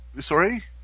sorry